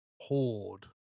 horde